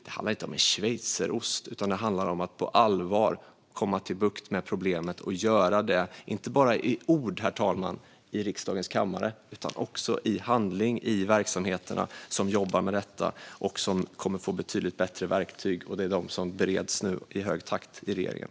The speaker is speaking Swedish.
Det handlar inte om en schweizerost utan om att på allvar få bukt med problemet, inte bara med ord i riksdagens kammare utan också i handling i verksamheterna som jobbar med detta. De kommer att få betydligt bättre verktyg, vilket nu bereds i hög takt hos regeringen.